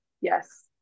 Yes